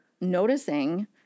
noticing